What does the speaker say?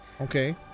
Okay